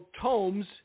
tomes